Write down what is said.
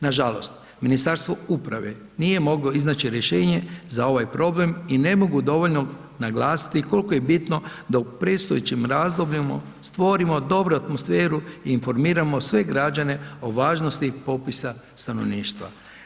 Nažalost, Ministarstvo uprave nije moglo iznaći rješenje za ovaj problem i ne mogu dovoljno naglasiti kolko je bitno da u predstojećim razdobljima stvorimo dobru atmosferu i informiramo sve građane o važnosti popisa stanovništva.